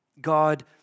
God